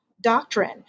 doctrine